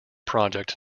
project